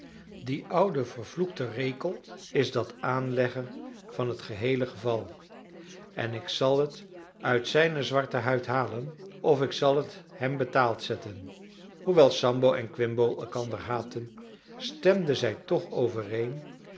die oude vervloekte rekel is dat aanlegger van het geheele geval en ik zal het uit zijne zwarte huid halen of ik zal het hem betaald zetten hoewel sambo en quimbo elkander haatten stemden zij toch overeen